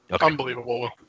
Unbelievable